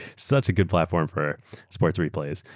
such a good platform for sports replays.